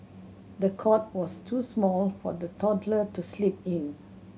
the cot was too small for the toddler to sleep in